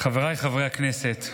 חבריי חברי הכנסת,